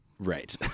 Right